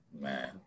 man